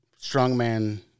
strongman